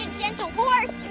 and gentle horse.